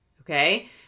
okay